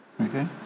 Okay